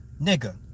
nigga